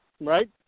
right